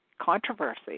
controversy